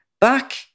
back